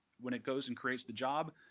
when it goes and creates the job,